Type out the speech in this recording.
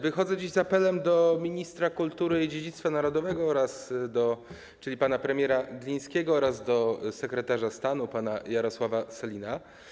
Wychodzę dziś z apelem do ministra kultury i dziedzictwa narodowego pana premiera Glińskiego oraz do sekretarza stanu pana Jarosława Sellina.